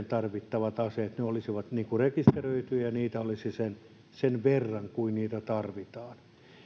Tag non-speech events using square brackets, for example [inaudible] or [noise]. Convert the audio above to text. [unintelligible] tarvittavat aseet olisivat rekisteröityjä ja niitä olisi sen sen verran kuin niitä tarvitaan